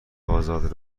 آزاد